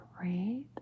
great